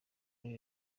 muri